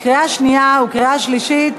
קריאה שנייה וקריאה שלישית.